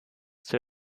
zur